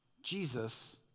Jesus